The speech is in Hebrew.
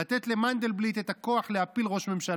לתת למנדלבליט את הכוח להפיל ראש ממשלה.